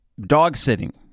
dog-sitting